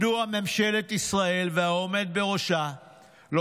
מדוע ממשלת ישראל והעומד בראשה לא